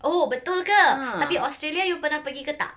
oh betul ke tapi australia you pernah pergi ke tak